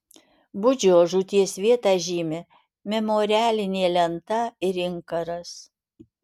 budžio žūties vietą žymi memorialinė lenta ir inkaras